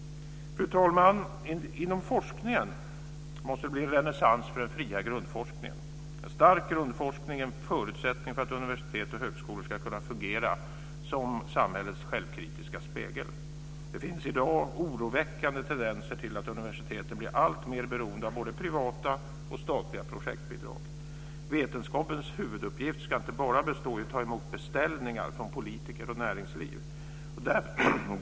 Fru talman! Det måste bli en renässans för den fria grundforskningen. En stark grundforskning är en förutsättning för att universitet och högskolor ska kunna fungera som samhällets självkritiska spegel. Det finns i dag oroväckande tendenser till att universiteten blir alltmer beroende av både privata och statliga projektbidrag. Vetenskapens huvuduppgift ska inte bara bestå i att ta emot beställningar från politiker och näringsliv.